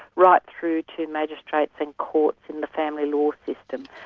right through to magistrates and courts in the family law system.